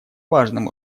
важным